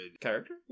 character